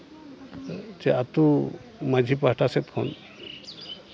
ᱪᱮ ᱟᱛᱳ ᱢᱟᱹᱡᱷᱤ ᱯᱟᱦᱴᱟ ᱥᱮᱫ ᱠᱷᱚᱱ